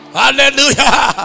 hallelujah